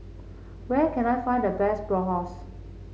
where can I find the best Bratwurst